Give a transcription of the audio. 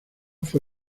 fue